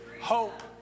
hope